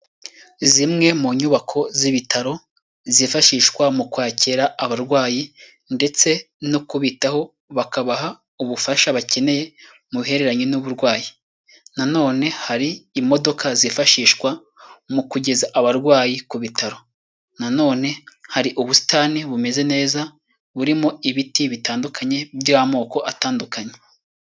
Zimwe mu nyubako z'ibitaro zifashishwa mu kwakira abarwayi ndetse no kubitaho bakabaha ubufasha bakeneye mu bihereranye n'uburwayi nanone hari imodoka zifashishwa mu kugeza abarwayi ku bitaro, nanone hari ubusitani bumeze neza burimo ibiti bitandukanye by'amoko atandukanye.